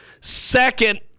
Second